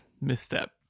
misstep